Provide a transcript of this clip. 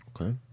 Okay